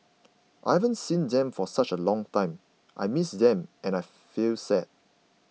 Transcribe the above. I haven't seen them for such a long time I miss them and I feel sad